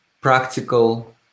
practical